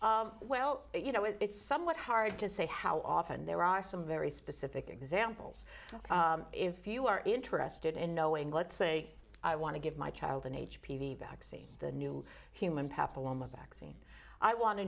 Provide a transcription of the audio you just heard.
well you know it's somewhat hard to say how often there are some very specific examples if you are interested in knowing let's say i want to give my child an h p v vaccine the new human